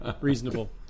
Reasonable